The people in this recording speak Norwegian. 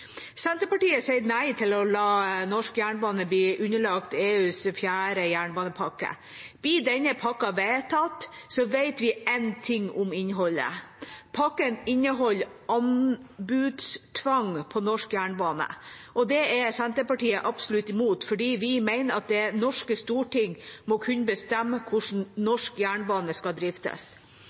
Senterpartiet sier nei til å la norsk jernbane bli underlagt EUs fjerde jernbanepakke. Blir denne pakken vedtatt, vet vi én ting om innholdet: Pakken inneholder anbudstvang på norsk jernbane, og det er Senterpartiet absolutt imot fordi vi mener at Det norske storting må kunne bestemme hvordan norsk jernbane skal driftes.